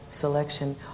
selection